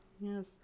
Yes